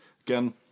Again